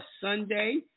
Sunday